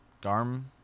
Garm